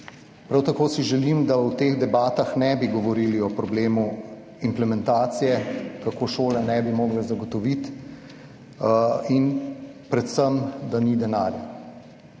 Prav tako si želim, da v teh debatah ne bi govorili o problemu implementacije, kako šole ne bi mogle zagotoviti, in predvsem, da ni denarja.